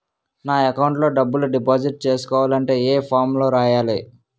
నా అకౌంట్ లో డబ్బులు డిపాజిట్ చేసుకోవాలంటే ఏ ఫామ్ లో రాయాలి?